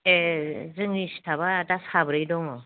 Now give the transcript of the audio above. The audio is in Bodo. ए जोंनि स्ताफआ दा साब्रै दङ